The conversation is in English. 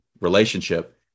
relationship